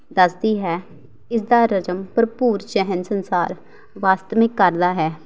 ਦੱਸਦੀ ਹੈ ਇਸਦਾ ਰਜ਼ਮ ਭਰਪੂਰ ਚਿਹਨ ਸੰਸਾਰ ਵਾਸਤਵਿਕ ਕਰਦਾ ਹੈ